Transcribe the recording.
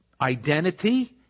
identity